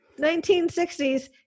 1960s